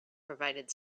provided